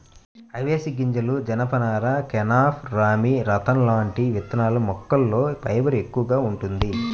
అవిశె గింజలు, జనపనార, కెనాఫ్, రామీ, రతన్ లాంటి విత్తనాల మొక్కల్లో ఫైబర్ ఎక్కువగా వుంటది